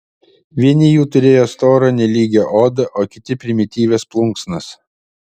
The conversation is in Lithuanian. vieni jų turėjo storą nelygią odą o kiti primityvias plunksnas